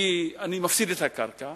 כי אני מפסיד את הקרקע,